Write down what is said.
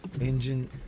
Engine